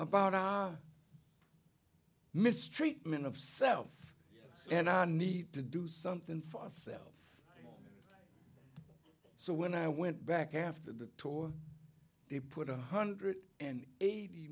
about our mistreatment of self and i need to do something for ourselves so when i went back after the tour they put a hundred and eighty